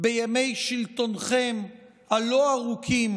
בימי שלטונכם הלא-ארוכים